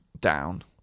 down